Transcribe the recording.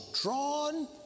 drawn